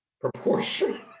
proportion